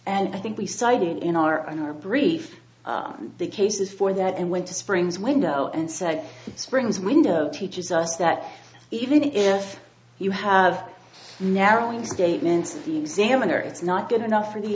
and i think we sighted in our on our brief on the cases for that and went to springs window and said springs window teaches us that even if you have narrowing statements the examiner it's not good enough for the